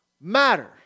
matter